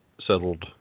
settled